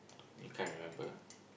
you can't remember